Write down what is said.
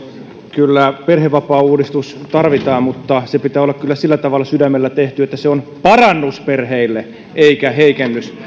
kyllä perhevapaauudistus tarvitaan mutta sen pitää olla kyllä sillä tavalla sydämellä tehty että se on parannus perheille eikä heikennys